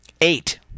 Eight